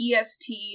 EST